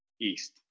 east